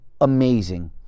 amazing